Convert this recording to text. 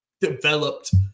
developed